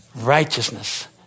righteousness